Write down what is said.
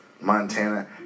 Montana